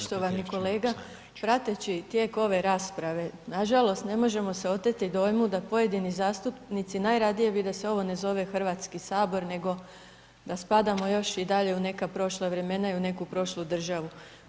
Poštovani kolega prateći tijek ove rasprave nažalost ne možemo se oteti dojmu da pojedini zastupnici najradije bi da se ovo ne zove Hrvatski sabor nego da spadamo još i dalje u neka prošla imena i u neku prošlu državu.